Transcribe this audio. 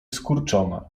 skurczona